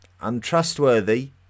untrustworthy